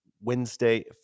Wednesday